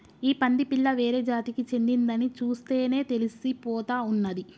ఈ పంది పిల్ల వేరే జాతికి చెందిందని చూస్తేనే తెలిసిపోతా ఉన్నాది